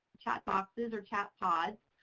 chat boxes or chat pods.